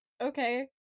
okay